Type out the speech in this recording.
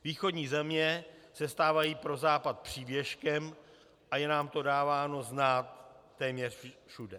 Východní země se stávají pro Západ přívěskem a je nám to dáváno znát téměř všude.